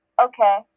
Okay